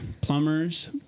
plumbers